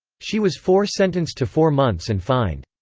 she was four sentenced to four months and fined.